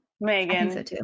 Megan